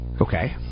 okay